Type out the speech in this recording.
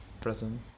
present